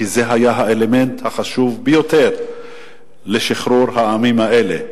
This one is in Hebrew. כי זה היה האלמנט החשוב ביותר לשחרור העמים האלה.